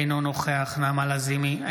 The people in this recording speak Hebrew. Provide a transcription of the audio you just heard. אינו נוכח נעמה לזימי,